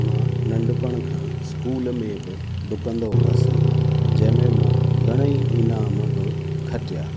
मां नंढपण खां स्कूल में बि डुकंदो हुअसि जंहिंमें मां घणेई इनाम बि खटिया